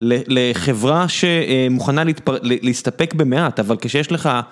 לחברה שמוכנה להסתפק במעט, אבל כשיש לך...